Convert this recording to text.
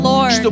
Lord